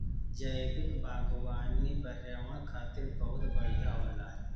जैविक बागवानी पर्यावरण खातिर बहुत बढ़िया होला